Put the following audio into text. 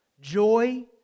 joy